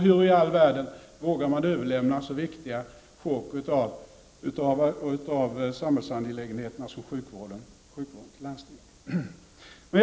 Hur vågar man överlämna så viktiga delar av samhällsangelägenheterna som sjukvården till landstingen?